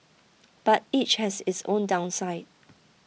but each has its own downside